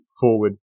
forward